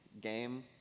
game